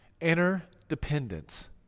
interdependence